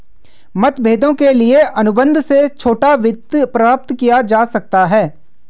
मतभेदों के लिए अनुबंध से छोटा वित्त प्राप्त किया जा सकता है